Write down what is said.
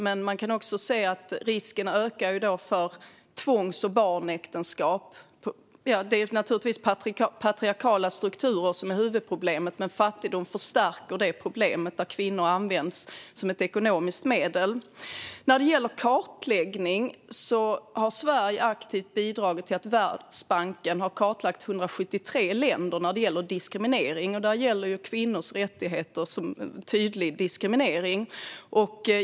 Men man kan också se att risken ökar för tvångs och barnäktenskap. Det är naturligtvis patriarkala strukturer som är huvudproblemet. Men fattigdom förstärker problemet där kvinnor används som ett ekonomiskt medel. Sverige har aktivt bidragit till att Världsbanken har kartlagt 173 länder när det gäller diskriminering. Där gäller kvinnors rättigheter som en tydlig diskriminering.